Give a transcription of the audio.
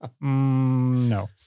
no